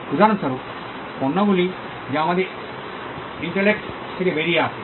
উদাহরণস্বরূপ পণ্যগুলি যা আমাদের ইন্টেলিক্ট থেকে বেরিয়ে আসে